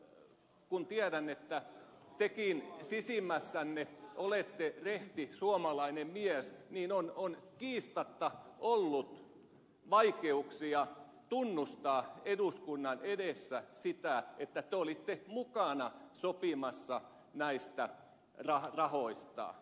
ja kun tiedän että tekin sisimmässänne olette rehti suomalainen mies niin on kiistatta ollut vaikeuksia tunnustaa eduskunnan edessä sitä että te olitte mukana sopimassa näistä rahoista